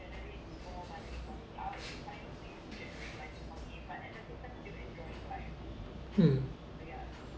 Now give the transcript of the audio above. hmm